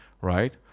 right